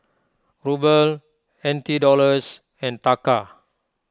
Ruble N T Dollars and Taka